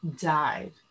dive